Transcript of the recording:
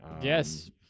Yes